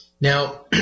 Now